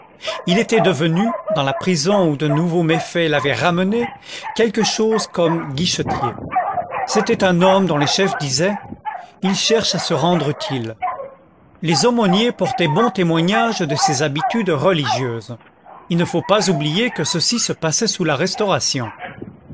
il était devenu dans la prison où de nouveaux méfaits l'avaient ramené quelque chose comme guichetier c'était un homme dont les chefs disaient il cherche à se rendre utile les aumôniers portaient bon témoignage de ses habitudes religieuses il ne faut pas oublier que ceci se passait sous la restauration